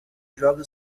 joga